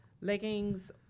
leggings